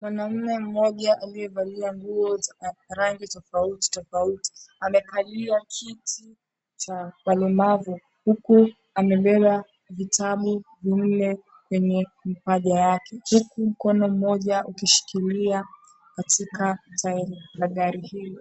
Mwanaume mmoja aliyevaa nguo za rangi tofauti tofauti amekalia kiti cha walemavu huku amelewa vitabu vinne kwenye mpaja yake huku mkono mmoja ukishikilia katika tairi la gari hili.